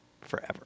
forever